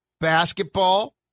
basketball